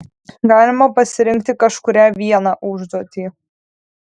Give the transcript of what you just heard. galima pasirinkti kažkurią vieną užduotį